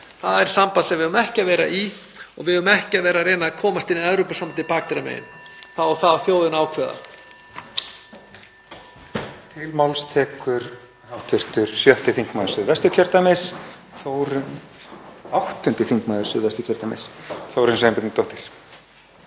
Það er samband sem við eigum ekki að vera í og við eigum ekki að vera að reyna að komast inn í Evrópusambandið bakdyramegin. Það á þjóðin að ákveða.